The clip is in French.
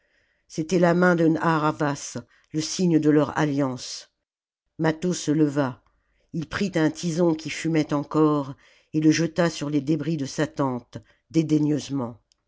c'était la main de narr'havas le signe de leur alliance mâtho se leva ii prit un tison qui fumait encore et le jeta sur les débris de sa tente